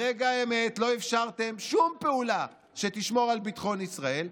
ברגע האמת לא אפשרתם שום פעולה שתשמור על ביטחון ישראל,